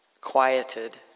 quieted